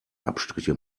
abstriche